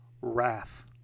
wrath